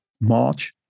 March